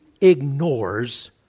ignores